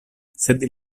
sed